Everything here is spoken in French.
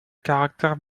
caractère